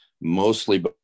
mostly